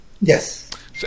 Yes